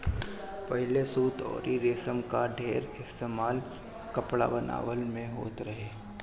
पहिले सूत अउरी रेशम कअ ढेर इस्तेमाल कपड़ा बनवला में होत रहे